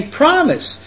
promise